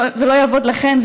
זה לא יעבוד לכם.